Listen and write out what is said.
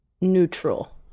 Neutral